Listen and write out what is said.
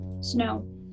snow